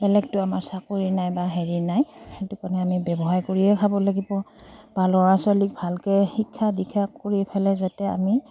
বেলেগতো আমাৰ চাকৰি নাই বা হেৰি নাই সেইটো কাৰণে আমি ব্যৱসায় কৰিয়ে খাব লাগিব বা ল'ৰা ছোৱালীক ভালকৈ শিক্ষা দীক্ষা কৰি ফেলে যাতে আমি